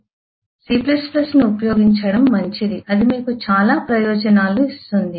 C ను ఉపయోగించడం మంచిది అది మీకు చాలా ప్రయోజనాలు ఇస్తుంది